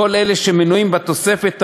כל אלה שמנויים בתוספת הראשונה,